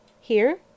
Here